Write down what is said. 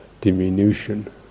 diminution